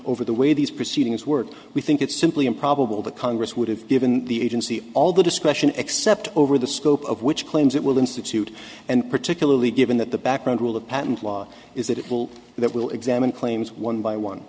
the way these proceedings work we think it's simply improbable that congress would have given the agency all the discretion except over the scope of which claims it will institute and particularly given that the background rule of patent law is that it will that will examine claims one by one